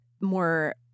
more